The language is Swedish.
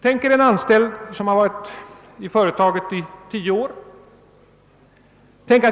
Tänk er en anställd som arbetat i ett företag i tio år!